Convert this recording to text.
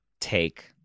take